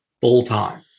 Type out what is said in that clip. full-time